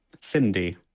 Cindy